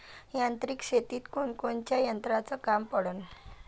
यांत्रिक शेतीत कोनकोनच्या यंत्राचं काम पडन?